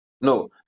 No